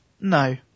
No